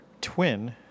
twin